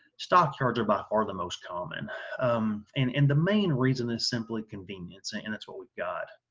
stockyards are by far the most common and and the main reason is simply convenience and and it's what we've got.